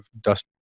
dust